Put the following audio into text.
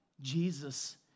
Jesus